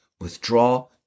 withdraw